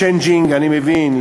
צ'יינג'ינג אני מבין,